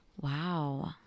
wow